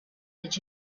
did